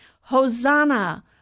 Hosanna